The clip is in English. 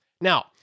Now